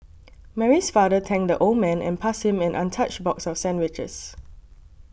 Mary's father thanked the old man and passed him an untouched box of sandwiches